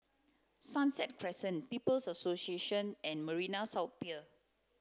Sunset Crescent People's Association and Marina South Pier